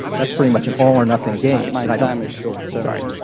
that's pretty much an allornothing game. my time is short. so right.